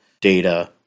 data